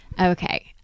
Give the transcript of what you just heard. Okay